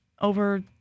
Over